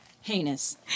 heinous